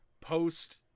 post-